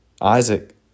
Isaac